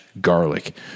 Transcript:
garlic